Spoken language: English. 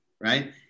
right